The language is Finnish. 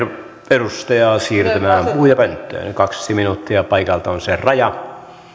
edustajaa siirtymään puhujapönttöön kaksi minuuttia paikalta on se raja